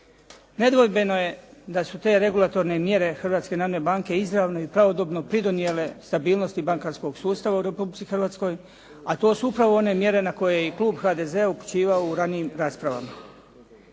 Nedvojbeno je da su te regulatorne mjere Hrvatske narodne banke izravno i pravodobno pridonijele stabilnosti bankarskog sustava u Republici Hrvatskoj, a to su upravo one mjere na koje je i klub HDZ-a upućivao u ranijim raspravama.